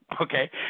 okay